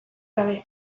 gabe